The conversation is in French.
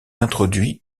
introduit